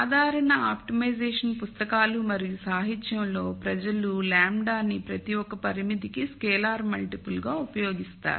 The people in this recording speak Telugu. సాధారణ ఆప్టిమైజేషన్ పుస్తకాలు మరియు సాహిత్యంలో ప్రజలు λ నీ ప్రతి ఒక్క పరిమితికి స్కేలార్ మల్టిపుల్గా ఉపయోగిస్తారు